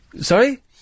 Sorry